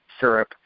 syrup